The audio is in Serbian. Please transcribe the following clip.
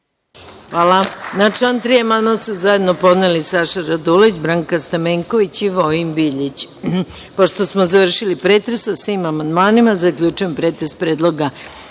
Hvala. Na član 3. amandman su zajedno podneli Saša Radulović, Branka Stamenković i Vojin Biljić. Pošto smo završili pretres o svim amandmanima, zaključujem pretres Predloga